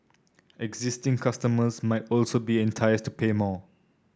existing customers might also be enticed to pay more